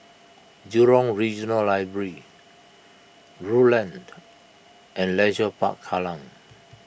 Jurong Regional Library Rulang and Leisure Park Kallang